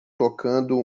tocando